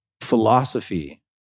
philosophy